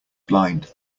blind